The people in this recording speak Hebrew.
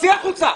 צאי החוצה.